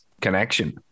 connection